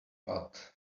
but